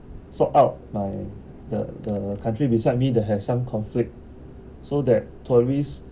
sort out my the the country beside me that have some conflict so that tourists